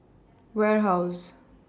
Warehouse